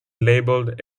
labelled